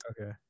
okay